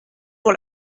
pour